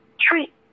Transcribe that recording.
treat